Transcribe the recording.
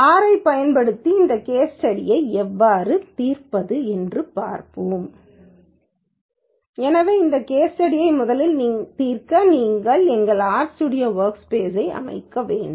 R ஐப் பயன்படுத்தி இந்த கேஸ் ஸ்டடியை எவ்வாறு தீர்ப்பது என்று பார்ப்போம் எனவே இந்த கேஸ் ஸ்டடியை முதலில் தீர்க்க முதலில் எங்கள் ஆர் ஸ்டுடியோ வொர்க்ஸ்பேஸ் அமைக்க வேண்டும்